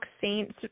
Saints